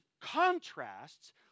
contrasts